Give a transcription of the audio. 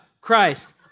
Christ